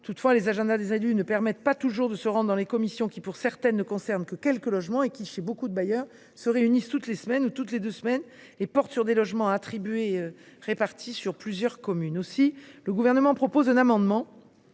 Toutefois, les agendas des élus ne leur permettent pas toujours de se rendre dans les commissions, qui, pour certaines, ne concernent que quelques logements, ou bien qui se réunissent, pour nombre de bailleurs, toutes les semaines ou toutes les deux semaines et portent sur des logements répartis sur plusieurs communes. Aussi, le Gouvernement a déposé un amendement